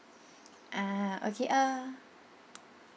ah okay err